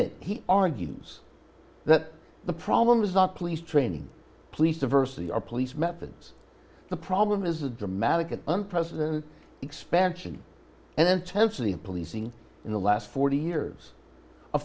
that he argues that the problem is not police training police diversity our police methods the problem is a dramatic and unprecedented expansion and intensity of policing in the last forty years a